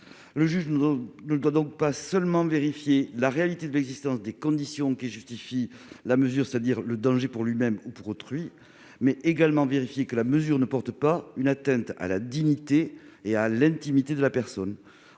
Le juge ne doit donc pas seulement vérifier la réalité de l'existence des conditions qui justifient la mesure- danger pour le patient ou pour autrui -, mais également que la mesure ne porte pas atteinte à la dignité et à l'intimité de la personne.